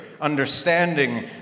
understanding